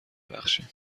بخشیم